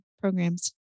programs